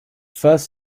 first